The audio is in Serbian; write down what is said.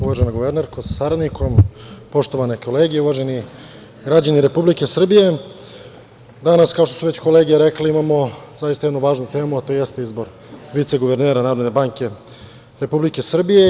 Uvažena guvernerko sa saradnikom, poštovane kolege, uvaženi građani Republike Srbije, danas, kao što su već kolege rekle, imamo jednu zaista važnu temu, to jeste reizbor viceguvernera Narodne banke Republike Srbije.